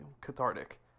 cathartic